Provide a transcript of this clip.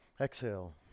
Exhale